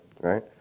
right